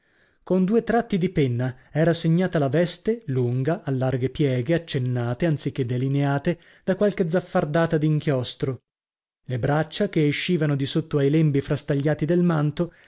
con due tratti di penna era segnata la veste lunga a larghe pieghe accennate anzichè delineate da qualche zaffardata d'inchiostro le braccia che escivano di sotto ai lembi frastagliati del manto